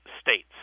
states